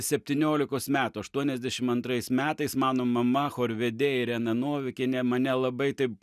septyniolikos metų aštuoniasdešim antrais metais mano mama chorvedė irena novikienė mane labai taip